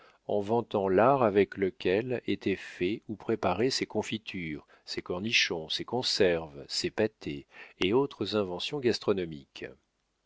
en vantant l'art avec lequel étaient faits ou préparés ses confitures ses cornichons ses conserves ses pâtés et autres inventions gastronomiques